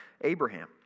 Abraham